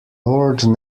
lord